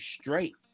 straight